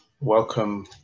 Welcome